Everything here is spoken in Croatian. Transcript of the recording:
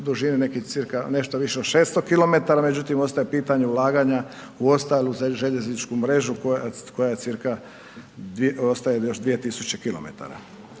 dužine nekih cca nešto više od 600 km, međutim ostaje pitanje ulaganja u ostalu željezničku mrežu koja je cca ostaje još 2